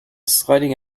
sidling